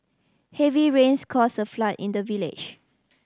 heavy rains caused a flood in the village